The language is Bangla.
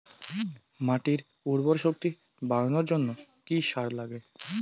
মাটির উর্বর শক্তি বাড়ানোর জন্য কি কি সার লাগে?